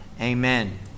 Amen